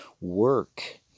work